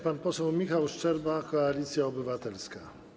Pan poseł Michał Szczerba, Koalicja Obywatelska.